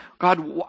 God